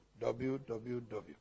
www